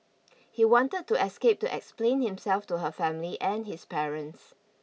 he wanted to escape to explain himself to her family and his parents